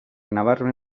nabarmen